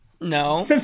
No